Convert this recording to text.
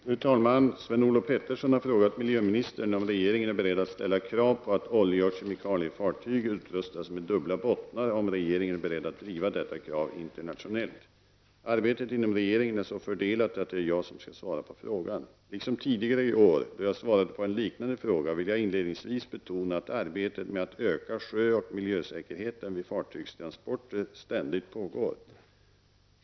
Fru talman! Sven-Olof Petersson har frågat miljöministern om regeringen är beredd att ställa krav på att oljeoch kemikaliefartyg utrustas med dubbla bottnar och om regeringen är beredd att driva detta krav internationellt. Arbetet inom regeringen är så fördelat att det är jag som skall svara på frågan. Liksom tidigare i år, då jag svarade på en liknande fråga, vill jag inledningsvis betona att arbetet med att öka sjöoch miljösäkerheten vid fartygstransporter ständigt pågår.